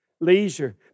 Leisure